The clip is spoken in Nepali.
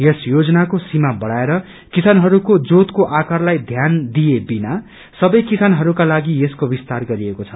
यस योजनामो सीमा बढ़ाएर किसानहरूको जोतको आकारलाई ध्यान दिए बिना सबै किसानहरूका लागि यसको विस्तार गरिएको छ